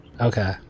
Okay